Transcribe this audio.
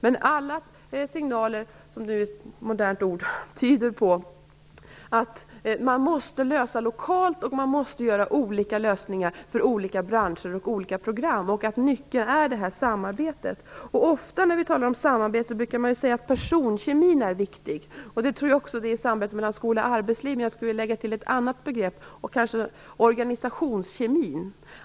Men alla signaler - för att återigen använda ett modernt ord - tyder på att man måste lösa detta lokalt och att det behövs olika lösningar för olika branscher och olika program. Nyckeln är just samarbete. Ofta när man talar om samarbete brukar det sägas att personkemin är viktig. Det tror jag gäller också i samarbetet mellan skola och arbetsliv. Men jag skulle vilja lägga till ett annat begrepp: organisationskemin.